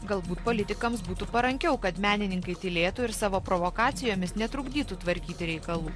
galbūt politikams būtų parankiau kad menininkai tylėtų ir savo provokacijomis netrukdytų tvarkyti reikalų